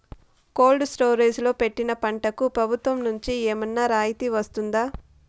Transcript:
Cold storage లో పెట్టిన పంటకు ప్రభుత్వం నుంచి ఏమన్నా రాయితీ వస్తుందా?